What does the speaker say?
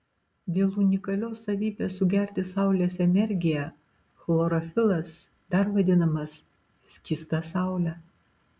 dėl unikalios savybės sugerti saulės energiją chlorofilas dar vadinamas skysta saule